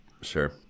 Sure